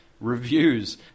reviews